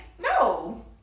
no